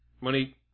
money